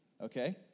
okay